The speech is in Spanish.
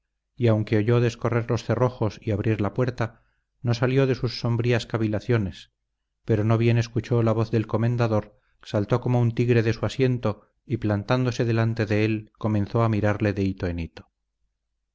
y aunque oyó descorrer los cerrojos y abrir la puerta no salió de sus sombrías cavilaciones pero no bien escuchó la voz del comendador saltó como un tigre de su asiento y plantándose delante de él comenzó a mirarle de hito en hito